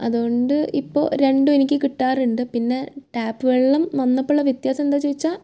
അത് കൊണ്ട് ഇപ്പം രണ്ടുവെനിക്ക് കിട്ടാറുണ്ട് പിന്നെ ടാപ്പ് വെള്ളം വന്നപ്പോഴുള്ള വ്യത്യാസം എന്താ ചോദിച്ചാൽ